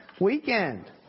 weekend